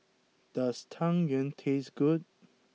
does Tang Yuen taste good